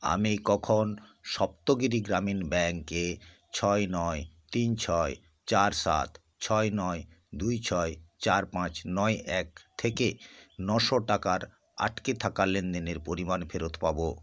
আমি কখন সপ্তগিরি গ্রামীণ ব্যাঙ্কে ছয় নয় তিন ছয় চার সাত ছয় নয় দুই ছয় চার পাঁচ নয় এক থেকে নশো টাকার আটকে থাকা লেনদেনের পরিমাণ ফেরত পাব